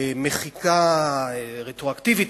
מחיקה רטרואקטיבית,